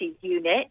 Unit